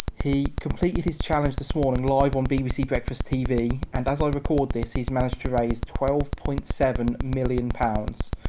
he completed his challenge this morning live on bbc breakfast tv. and as i record this, he's managed to raise twelve point seven million pounds,